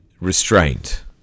restraint